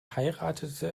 heiratete